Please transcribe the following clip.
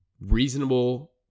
reasonable